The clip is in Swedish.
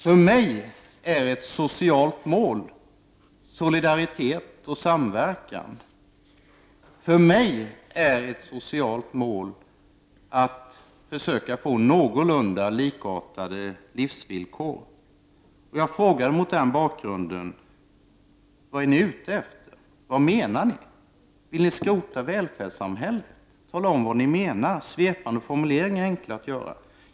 För mig är ett socialt mål solidaritet och samverkan. För mig är ett socialt mål att försöka få någorlunda likartade livsvillkor. Jag frågar mot den bakgrunden: Vad är ni ute efter? Vad menar ni? Vill ni skrota välfärdssamhället? Tala om vad ni menar! Svepande formuleringar är enkla att göra.